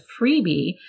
freebie